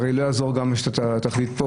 הרי לא יעזור שתחליט פה,